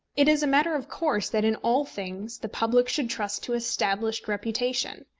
it is a matter of course that in all things the public should trust to established reputation.